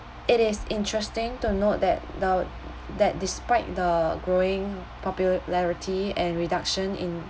it is interesting to note that the that despite the growing popularity and reduction in